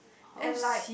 and like